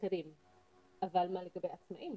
תיכף נשמע,